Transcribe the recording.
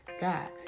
God